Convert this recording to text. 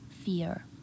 fear